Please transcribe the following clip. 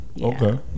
Okay